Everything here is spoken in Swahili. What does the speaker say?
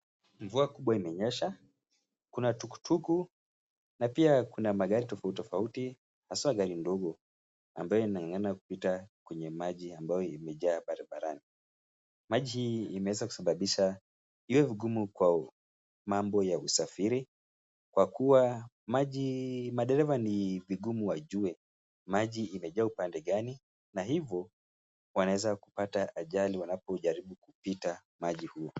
Mvua kubwa imenyesha. Kuna tuktuku na pia kuna magari tofauti tofauti haswa gari ndogo ambayo inang’ang’ana kupita kwenye maji ambayo imejaa barabarani. Maji hii imeweza kusababisha iwe vigumu kwa mambo ya usafiri kwa kuwa madereva ni vigumu wajue maji imejaa upande gani, na hivo wanaweza kupata ajali wanapojaribu kupita maji huo.